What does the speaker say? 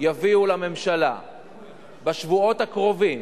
יביאו לממשלה בשבועות הקרובים